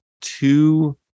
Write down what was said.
two